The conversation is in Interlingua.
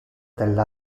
del